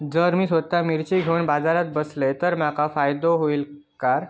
जर मी स्वतः मिर्ची घेवून बाजारात बसलय तर माका फायदो होयत काय?